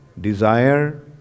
desire